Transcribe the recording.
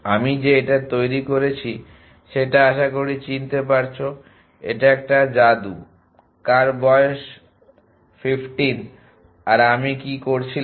আমি যে এটা তৈরি করেছি সেটা আশাকরি চিনতে পারছো এটা একটা জাদু কার বয়স ১৫ আর আমি কি করছিলাম